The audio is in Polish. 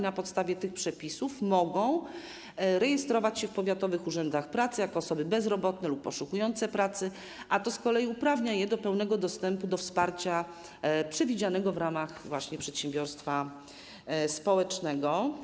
Na podstawie tych przepisów mogą rejestrować się w powiatowych urzędach pracy jako osoby bezrobotne lub poszukujące pracy, a to z kolei uprawnia je do pełnego dostępu do wsparcia przewidzianego w ramach właśnie przedsiębiorstwa społecznego.